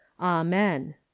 Amen